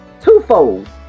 twofold